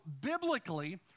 biblically